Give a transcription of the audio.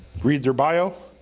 read their bio,